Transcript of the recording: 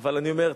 אבל אני אומר,